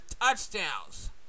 touchdowns